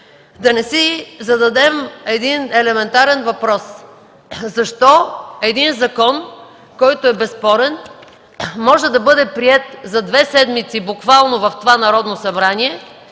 да не си зададем един елементарен въпрос – защо един закон, който е безспорен, може да бъде приет буквално за две седмици в това Народно събрание